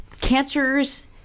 cancers